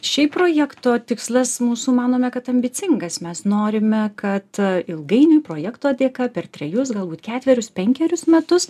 šiaip projekto tikslas mūsų manome kad ambicingas mes norime kad ilgainiui projekto dėka per trejus galbūt ketverius penkerius metus